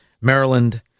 Maryland